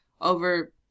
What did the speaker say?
over